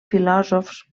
filòsofs